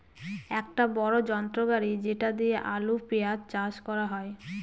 এক বড়ো যন্ত্র গাড়ি যেটা দিয়ে আলু, পেঁয়াজ চাষ করা হয়